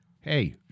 hey